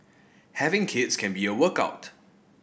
having kids can be a workout